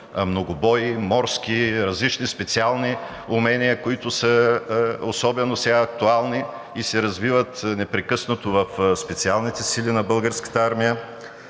многобой, морски, различни специални умения, които сега са особено актуални и се развиват непрекъснато в Специалните сили на Българската армия.